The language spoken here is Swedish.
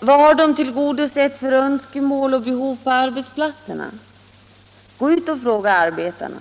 Vad har de tillgodosett för önskemål och behov på arbetsplatserna? Gå ut och fråga arbetarna!